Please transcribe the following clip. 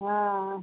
हाँ